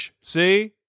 See